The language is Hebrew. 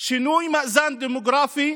שינוי מאזן דמוגרפי